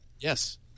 Yes